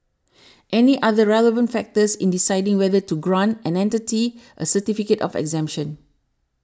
any other relevant factors in deciding whether to grant an entity a certificate of exemption